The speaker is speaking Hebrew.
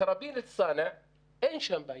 בתראבין א-צאנע אין בעיה.